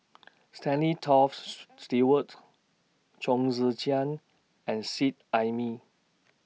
Stanley Toft Stewart Chong Tze Chien and Seet Ai Mee